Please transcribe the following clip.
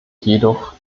jedoch